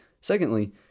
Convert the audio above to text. secondly